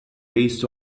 based